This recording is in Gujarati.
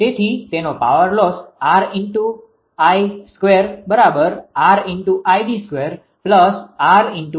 તેથી તેનો પાવર લોસ 𝑟𝐼′2 થશે